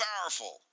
powerful